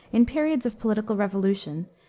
in periods of political revolution,